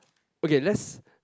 okay let's